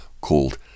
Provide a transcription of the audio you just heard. called